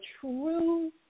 true